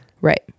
Right